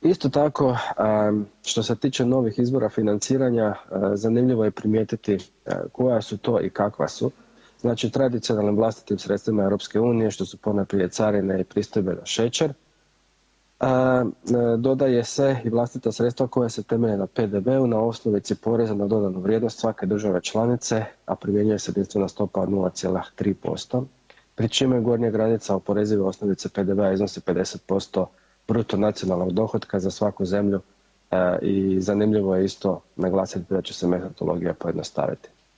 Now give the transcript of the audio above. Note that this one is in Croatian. Isto tako što se tiče novih izvora financiranja, zanimljivo je primijetiti koja su to i kakva su, znači tradicionalnim vlastitim sredstvima EU što su ponajprije carine i pristojbe na šećer, dodaje se i vlastita sredstva koja se temelje na PDV-u na osnovici poreza na dodanu vrijednost svake države članice, a primjenjuje se … stopa od 0,3% pri čemu je gornja granica oporezive osnovice PDV-a iznosi 50% BND-a za svaku zemlju i zanimljivo je isto naglasiti da će se metodologija pojednostaviti.